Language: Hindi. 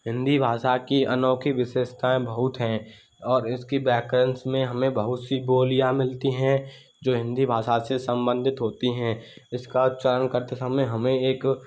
हिंदी भाषा की अनोखी विशेषताएं बहुत हैं और इसकी व्याकरण में हमें बहुत सी बोलियाँ मिलती हैं जो हिंदी भाषा से सम्बंधित होती हैं इसका उच्चारण करते समय हमें एक